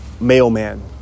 mailman